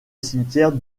cimetière